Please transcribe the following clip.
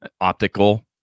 optical